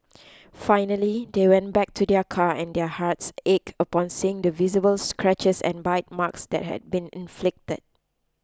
finally they went back to their car and their hearts ached upon seeing the visible scratches and bite marks that had been inflicted